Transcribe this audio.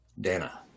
Dana